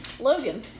Logan